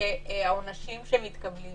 שהעונשים שמתקבלים